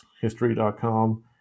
History.com